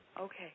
Okay